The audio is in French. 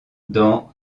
dans